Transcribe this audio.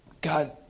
God